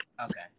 okay